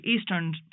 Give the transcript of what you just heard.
eastern